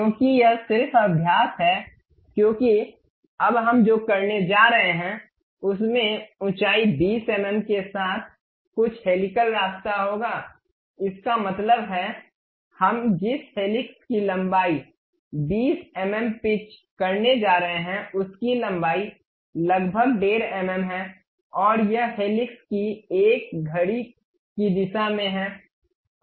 क्योंकि यह सिर्फ अभ्यास है क्योंकि अब हम जो करने जा रहे हैं उसमें ऊंचाई 20 एमएम के साथ कुछ हेलिकल रास्ता होगा इसका मतलब है हम जिस हेलिक्स की लंबाई 20 एम एम पिच करने जा रहे हैं उसकी लंबाई लगभग 15 एमएम है और यह हेलिक्स की एक घड़ी की दिशा में है